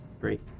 Great